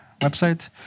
website